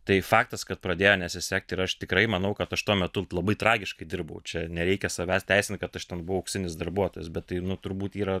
tai faktas kad pradėjo nesisekt ir aš tikrai manau kad aš tuo metu labai tragiškai dirbau čia nereikia savęs teisint kad aš ten buvo auksinis darbuotojas bet tai nu turbūt yra